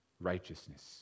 righteousness